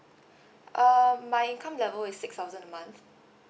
uh my income level is six thousand a month